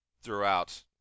throughout